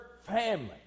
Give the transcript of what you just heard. family